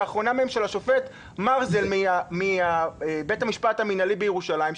האחרונה היא של השופט מרזל מבית המשפט המינהלי בירושלים,